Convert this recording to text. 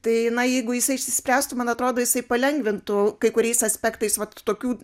tai na jeigu jisai išsispręstų man atrodo jisai palengvintų kai kuriais aspektais vat tokių